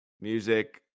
music